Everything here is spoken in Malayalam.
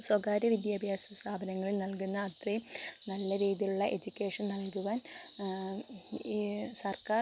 സ്വകാര്യ വിദ്യാഭ്യാസ സ്ഥാപനങ്ങളിൽ നൽകുന്ന അത്രയും നല്ല രീതിയിലുള്ള എഡ്യൂക്കേഷൻ നൽകുവാൻ ഈ സർക്കാർ